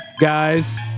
guys